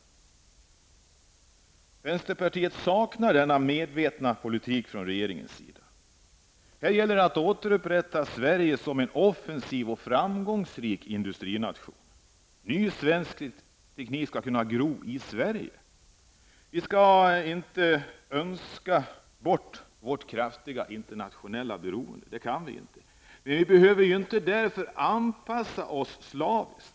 Vi i vänsterpartiet saknar en sådan medveten politik från regeringens sida. Här gäller det att återupprätta Sverige som en offensiv och framgångsrik industrination. Ny svensk teknik skall kunna gro i Sverige. Vi skall inte önska bort vårt kraftiga internationella beroende -- det kan vi inte göra. Men för den skull behöver vi inte anpassa oss slaviskt.